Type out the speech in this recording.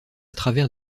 travers